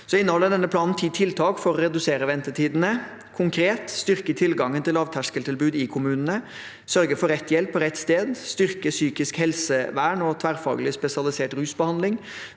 Denne planen inneholder ti tiltak for å redusere ventetidene. De er – konkret: – styrke tilgangen til lavterskeltilbud i kommunene – sørge for rett hjelp på rett sted – styrke psykisk helsevern og tverrfaglig spesialisert rusbehandling